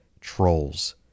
trolls